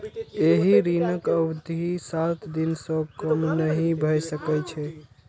एहि ऋणक अवधि सात दिन सं कम नहि भए सकै छै